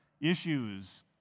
issues